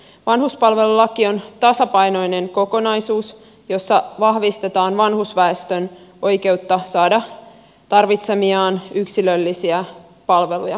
vanhuspalvelulaki on tasapainoinen kokonaisuus jossa vahvistetaan vanhusväestön oikeutta saada tarvitsemiaan yksilöllisiä palveluja